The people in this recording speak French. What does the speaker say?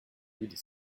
des